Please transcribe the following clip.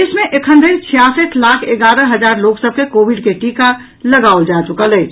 देश मे एखनधरि छियासठि लाख एगारह हजार लोक सभ के कोविड के टीका लगाओल जा चुकल अछि